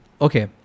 okay